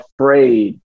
afraid